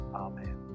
Amen